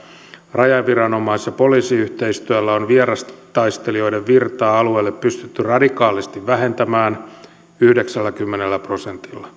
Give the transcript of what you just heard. rajaviranomais ja poliisiyhteistyöllä on vierastaistelijoiden virtaa alueelle pystytty radikaalisti vähentämään yhdeksälläkymmenellä prosentilla